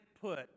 put